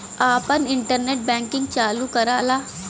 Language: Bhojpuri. आपन इन्टरनेट बैंकिंग चालू कराला